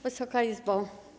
Wysoka Izbo!